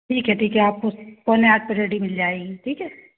ठीक है ठीक है आपको पौने आठ पर रेडी मिल जाएगी ठीक है